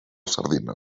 sardina